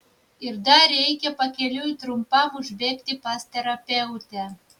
ir dar reikia pakeliui trumpam užbėgti pas terapeutę